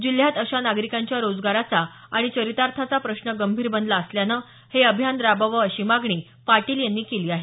जिल्ह्यात अशा नागरिकांच्या रोजगाराचा आणि चरितार्थाचा प्रश्न गंभीर बनला असल्यानं हे अभियान राबवावं अशी मागणी पाटील यांनी केली आहे